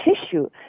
tissue